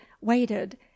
waited